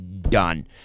done